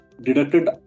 deducted